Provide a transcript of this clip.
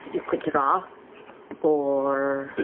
you could draw or